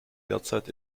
derzeit